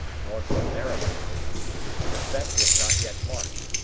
north of maryland the effect was not yet marked,